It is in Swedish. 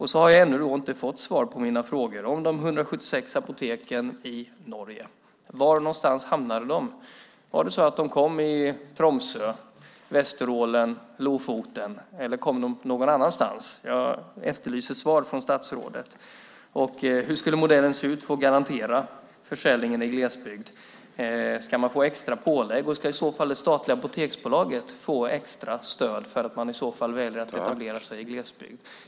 Jag har ännu inte fått svar på mina frågor om de 176 apoteken i Norge. Var någonstans hamnade de? Hamnade de i Tromsø, Vesterålen och Lofoten, eller hamnade de någon annanstans? Jag efterlyser svar från statsrådet. Hur skulle modellen se ut för att garantera försäljningen i glesbygd? Ska man få extra pålägg? Ska det statliga apoteksbolaget få extra stöd för att man i så fall väljer att etablera sig i glesbygd?